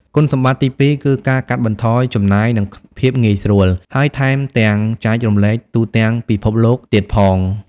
គុណសម្បត្តិទីពីរគឺ ការកាត់បន្ថយចំណាយនិងភាពងាយស្រួល ហើយថែមទាំងចែករំលែកទូទាំងពិភពលោកទៀតផង។